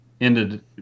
ended